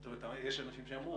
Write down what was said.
יש אנשים שאמרו.